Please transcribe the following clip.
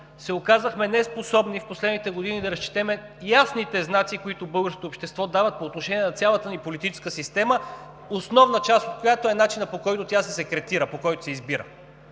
се оказахме неспособни да разчетем в последните години ясните знаци, които българското общество дава по отношение на цялата ни политическа система, основна част от които е начинът, по който тя се секретира, по който се избира.